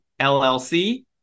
LLC